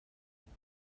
cang